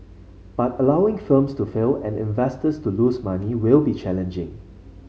but allowing firms to fail and investors to lose money will be challenging